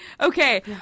Okay